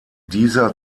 dieser